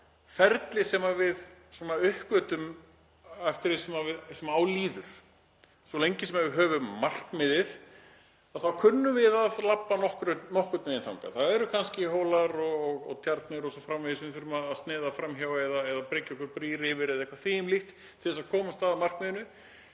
ferli sem við uppgötvum eftir því sem á líður. Svo lengi sem við höfum markmiðið þá kunnum við að labba nokkurn veginn þangað. Það eru kannski hólar og tjarnir o.s.frv. sem við þurfum að sneiða fram hjá eða bryggja brýr yfir eða eitthvað því um líkt til þess að komast að markmiðinu